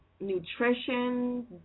nutrition